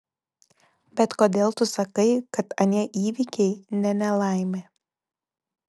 bet kodėl tu sakai kad anie įvykiai ne nelaimė